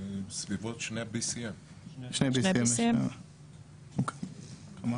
בסביבות שני BCM. פי שתיים.